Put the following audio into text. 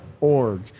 org